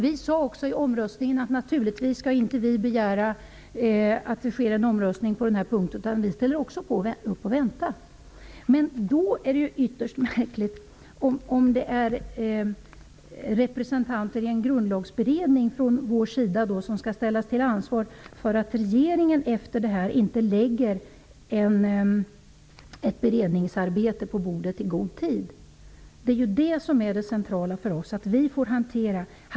Vi sade också vid omröstningen att vi naturligtvis inte skall begära att det sker en omröstning på den här punkten, utan vi ställer upp och väntar. Det är ytterst märkligt om representanter från vår sida i en grundlagsberedning skall ställas till ansvar för att regeringen efter detta inte redovisar sitt beredningsarbete i god tid. Det centrala för oss är att vi får hantera detta material.